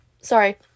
sorry